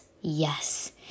yes